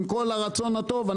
עם כל הרצון הטוב,